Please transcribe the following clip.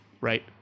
right